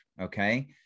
okay